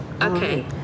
Okay